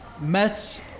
Mets